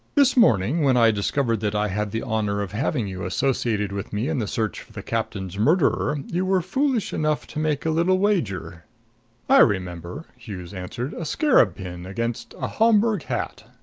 this morning, when i discovered that i had the honor of having you associated with me in the search for the captain's murderer, you were foolish enough to make a little wager i remember, hughes answered. a scarab pin against a homburg hat.